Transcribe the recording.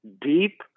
deep